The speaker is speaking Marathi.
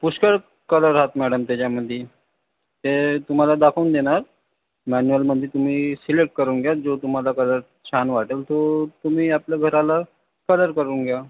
पुष्कळ कलर आहेत मॅडम त्याच्यामध्ये ते तुम्हाला दाखवून देणार मॅन्युअलमध्ये तुम्ही सिलेक्ट करून घ्या जो तुम्हाला कलर छान वाटेल तो तुम्ही आपल्या घराला कलर करून घ्या